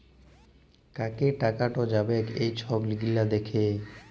কাকে টাকাট যাবেক এই ছব গিলা দ্যাখা